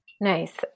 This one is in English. Nice